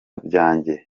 byanjye